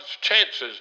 chances